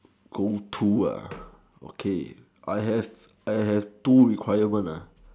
go to ah okay I have I have two requirement nah